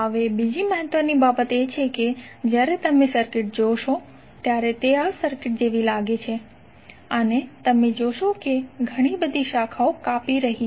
હવે બીજી મહત્ત્વની બાબત એ છે કે જ્યારે તમે સર્કિટ જોશો ત્યારે તે આ સર્કિટ જેવી લાગે છે અને તમે જોશો કે ઘણી બધી શાખાઓ કાપી રહી છે